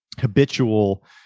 habitual